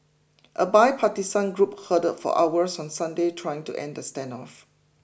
a bipartisan group huddled for hours on Sunday trying to end the standoff